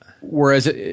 Whereas